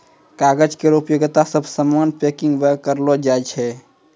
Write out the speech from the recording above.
कागज केरो उपयोगिता सब सामान पैकिंग म करलो जाय छै